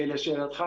לשאלתך,